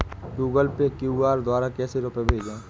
Google Pay QR द्वारा कैसे रूपए भेजें?